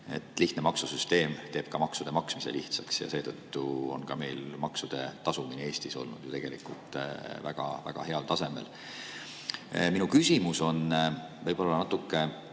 et lihtne maksusüsteem teeb maksude maksmise lihtsaks ja seetõttu on meil maksude tasumine Eestis olnud väga heal tasemel. Minu küsimus on võib-olla natuke